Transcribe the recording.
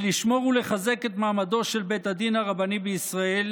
ולשמור ולחזק את מעמדו של בית הדין הרבני בישראל